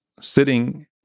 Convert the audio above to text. sitting